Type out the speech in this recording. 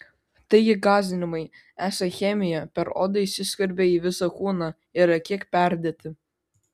taigi gąsdinimai esą chemija per odą įsiskverbia į visą kūną yra kiek perdėti